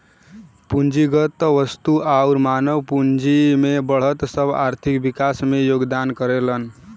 पूंजीगत वस्तु आउर मानव पूंजी में बढ़त सब आर्थिक विकास में योगदान करलन